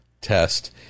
test